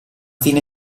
fine